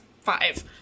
five